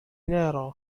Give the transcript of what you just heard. نارا